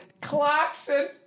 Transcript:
Clarkson